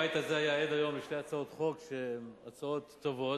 הבית הזה היה עד היום לשתי הצעות חוק שהן הצעות טובות,